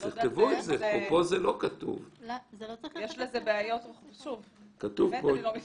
לאחר שאתה שולף את הדוח יש תהליך של